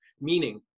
meaning